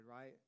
right